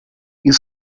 ils